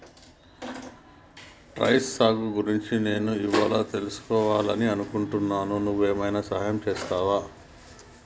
terrace సాగు గురించి నేను ఇవ్వాళా తెలుసుకివాలని అనుకుంటున్నా నువ్వు ఏమైనా సహాయం చేస్తావా